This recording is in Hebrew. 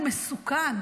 הוא מסוכן,